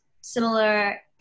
similar